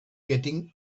getting